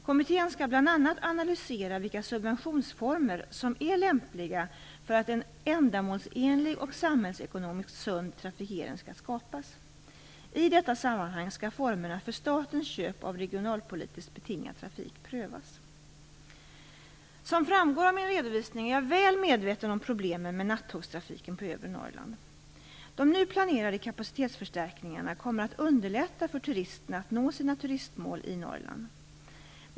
Kommittén skall bl.a. analysera vilka subventionsformer som är lämpliga för att en ändamålsenlig och samhällsekonomiskt sund trafikering skall skapas. I detta sammanhang skall formerna för statens köp av regionalpolitiskt betingad trafik prövas. Som framgår av min redovisning är jag väl medveten om problemen med nattågstrafiken på övre Norrland. De nu planerade kapacitetsförstärkningarna kommer att underlätta för turisterna att nå sina turistmål i Norrland.